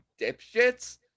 dipshits